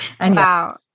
Wow